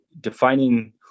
Defining